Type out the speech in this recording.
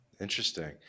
Interesting